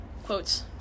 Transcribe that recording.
Quotes